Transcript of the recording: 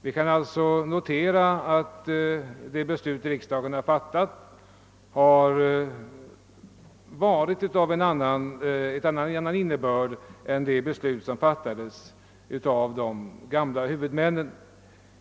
Vi kan notera att de beslut riksdagen fattat varit av en annan innebörd än de som fattats av de gamla huvudmännen.